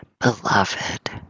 beloved